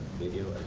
video